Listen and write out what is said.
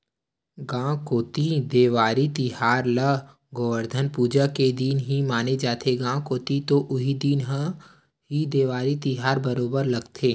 गाँव कोती देवारी तिहार ल गोवरधन पूजा के दिन ही माने जाथे, गाँव कोती तो उही दिन ह ही देवारी तिहार बरोबर लगथे